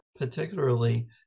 particularly